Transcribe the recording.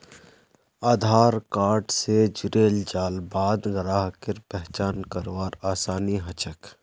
आधार card स जुड़ेल जाल बाद ग्राहकेर पहचान करवार आसानी ह छेक